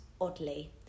oddly